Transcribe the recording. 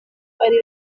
ari